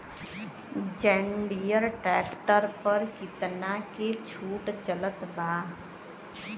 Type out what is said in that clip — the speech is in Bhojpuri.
जंडियर ट्रैक्टर पर कितना के छूट चलत बा?